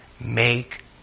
Make